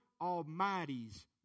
Almighty's